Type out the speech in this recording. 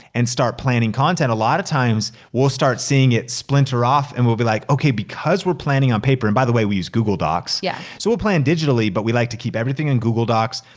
and start planning content, a lot of times we'll start seeing it splinter off and we'll be like, okay, because we're planning on paper, and by the way, we use google docs, yeah so we'll plan digitally but we like to keep everything in google docs.